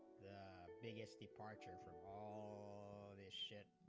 the biggest departure from all of a ship